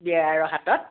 বিয়েৰাৰৰ হাতত